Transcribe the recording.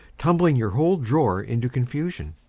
tumbling your whole drawer into confusion.